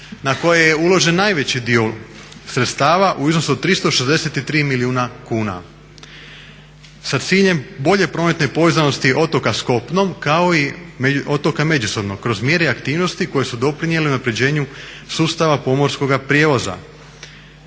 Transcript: na koje je uložen najveći dio sredstava u iznosu od 363 milijuna kuna sa ciljem bolje prometne povezanosti otoka sa kopnom kao i otoka međusobno kroz mjere aktivnosti koje su doprinijele unapređenju sustava pomorskoga prijevoza.